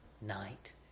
night